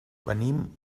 venim